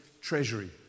treasury